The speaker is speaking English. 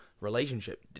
relationship